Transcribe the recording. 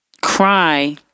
cry